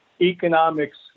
economics